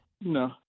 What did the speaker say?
No